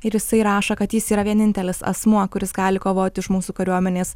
ir jisai rašo kad jis yra vienintelis asmuo kuris gali kovoti už mūsų kariuomenės